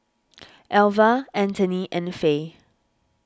Alvah Antony and Faye